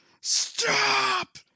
stop